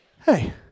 hey